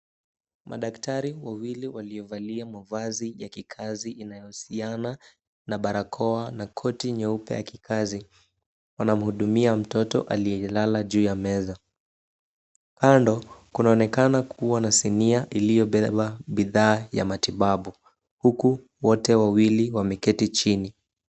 Madaktari wawili waliovalia mavazi ya kikazi inayohusiana na barakoa na koti nyeupe ya kikazi, wanamhudumia mtoto aliyelala juu ya meza. Kando kunaonekana kuwa na sinia iliyobeba bidhaa ya matibabu, huku wote wawili wameketi chini.